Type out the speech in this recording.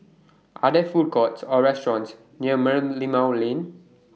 Are There Food Courts Or restaurants near Merlimau Lane